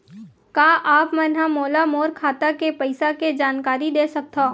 का आप मन ह मोला मोर खाता के पईसा के जानकारी दे सकथव?